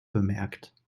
bemerkt